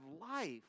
life